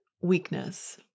weakness